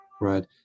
Right